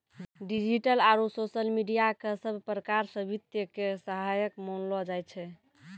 digital आरू social media क सब प्रकार स वित्त के सहायक मानलो जाय छै